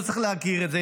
הוא צריך להכיר את זה,